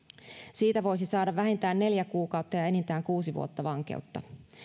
siitä voisi saada vähintään neljä kuukautta ja enintään kuusi vuotta vankeutta